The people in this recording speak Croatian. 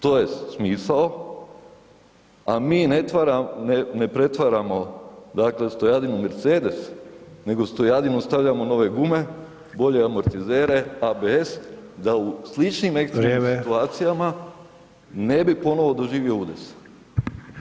To je smisao, a mi ne pretvaramo, dakle Stojadin u Mercedes nego Stojadinu stavljamo nove gume, bolje amortizere, ABS, da u sličnim [[Upadica: Vrijeme]] ekstremnim situacijama ne bi ponovo doživio udes.